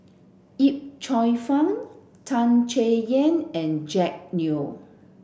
Yip Cheong Fun Tan Chay Yan and Jack Neo